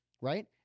right